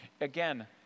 Again